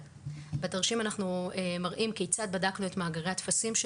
בתרשים אנחנו מראים כיצד בדקנו את מאגרי הטפסים של